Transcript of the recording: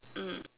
mm